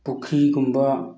ꯄꯨꯈ꯭ꯔꯤꯒꯨꯝꯕ